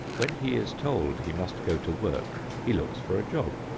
when he is told he must go to work he looks for a job.